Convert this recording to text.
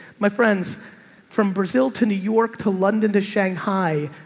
my friends from brazil to new york to london to shanghai,